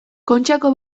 kontxako